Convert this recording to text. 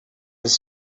was